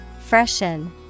Freshen